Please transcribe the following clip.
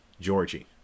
Georgie